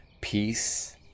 peace